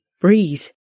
breathe